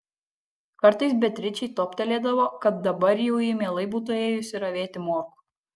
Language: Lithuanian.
kartais beatričei toptelėdavo kad dabar jau ji mielai būtų ėjusi ravėti morkų